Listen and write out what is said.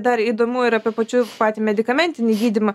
dar įdomu ir apie pačius patį medikamentinį gydymą